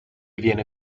viene